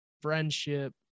friendship